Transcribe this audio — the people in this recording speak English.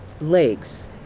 legs